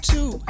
Two